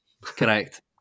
Correct